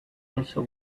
also